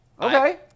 Okay